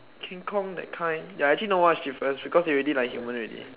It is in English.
King Kong that kind ya actually not much difference because they already like human already